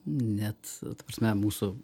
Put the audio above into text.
net ta prasme mūsų